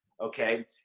okay